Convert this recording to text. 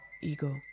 ego